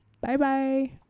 Bye-bye